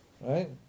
Right